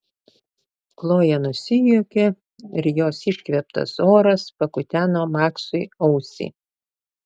kloja nusijuokė ir jos iškvėptas oras pakuteno maksui ausį